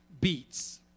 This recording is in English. beats